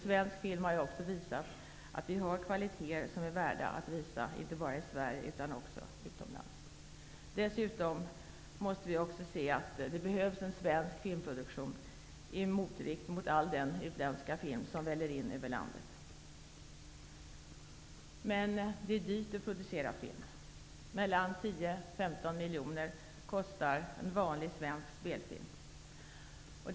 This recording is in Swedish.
Svensk film har också visat att vi har kvaliteter som är värda att visas inte bara i Sverige utan också utomlands. Dessutom behövs det en svensk filmproduktion som motvikt mot all den utländska film som väller in över landet. Det är dyrt att producera film. En vanlig svensk spelfilm kostar 10--15 miljoner kronor.